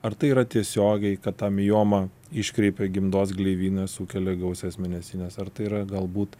ar tai yra tiesiogiai kad ta mioma iškreipia gimdos gleivinę sukelia gausias mėnesines ar tai yra galbūt